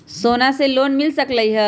सोना से लोन मिल सकलई ह?